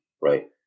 right